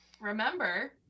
remember